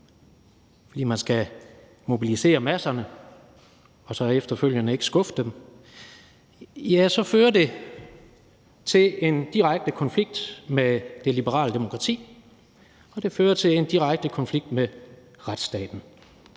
fordi man skal mobilisere masserne og efterfølgende ikke skuffe dem, fører det til en direkte konflikt med det liberale demokrati, og det fører til en direkte konflikt med retsstaten.